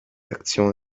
aktion